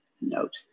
note